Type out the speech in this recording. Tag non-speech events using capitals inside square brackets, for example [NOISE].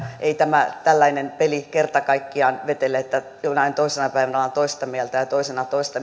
ei tämä tällainen peli kerta kaikkiaan vetele että jonain toisena päivänä on toista mieltä ja ja toisena toista [UNINTELLIGIBLE]